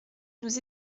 nous